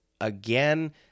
Again